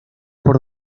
por